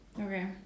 Okay